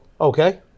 Okay